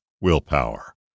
willpower